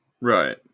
Right